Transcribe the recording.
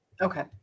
okay